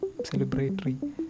celebratory